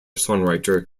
songwriter